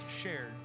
shared